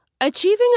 Achieving